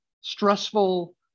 stressful